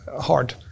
hard